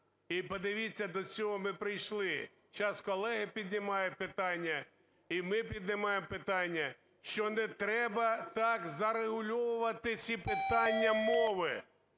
І, подивіться, до цього ми прийшли. Сейчас колеги підіймають питання, і ми піднімаємо питання, що не треба так зарегульовувати всі питання мови.